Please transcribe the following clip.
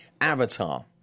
Avatar